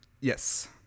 Yes